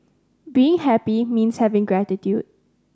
being happy means having gratitude